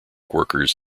workers